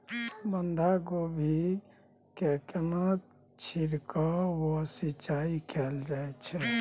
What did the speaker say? बंधागोभी कोबी मे केना छिरकाव व सिंचाई कैल जाय छै?